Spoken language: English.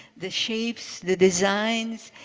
the shapes, the designs.